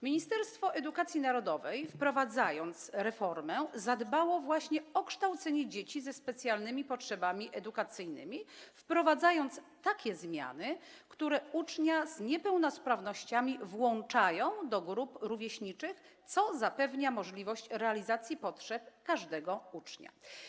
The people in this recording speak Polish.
Ministerstwo Edukacji Narodowej, wprowadzając reformę, zadbało właśnie o kształcenie dzieci ze specjalnymi potrzebami edukacyjnymi, wprowadzając takie zmiany, które ucznia z niepełnosprawnościami włączają do grup rówieśniczych, co zapewnia możliwość realizacji potrzeb każdego ucznia.